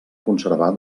conservar